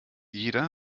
jeder